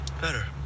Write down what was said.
Better